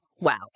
Wow